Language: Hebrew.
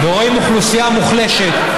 ורואים אוכלוסייה מוחלשת,